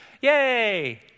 Yay